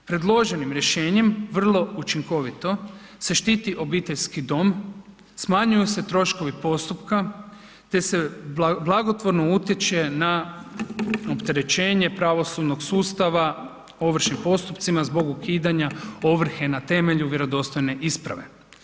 Predloženim rješenjem vrlo učinkovito se štiti obiteljski dom, smanjuju se troškovi postupka te se blagotvorno utječe na opterećenje pravosudnog sustava ovršnim postupcima zbog ukidanja ovrhe na temelju vjerodostojne isprave.